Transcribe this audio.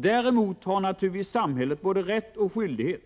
Däremot har naturligtvis samhället både rätt och skyldighet